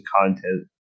content